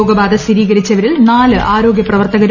രോഗബാധ സ്ഥിരീകരിച്ചവരിൽ നാല് ആരോഗ്യ പ്രവർത്തകരും